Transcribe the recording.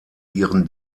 ihren